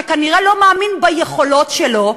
שכנראה לא מאמין ביכולות שלו,